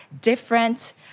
different